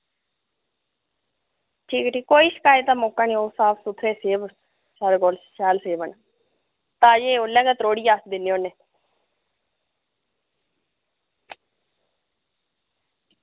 ठीक ऐ ठीक कोई शिकायत दा मौका नी होग साफ सुथरे सेब साढ़े कोल शैल सेब न ताजे उल्लै गै त्रोड़ियै अस दिन्ने होने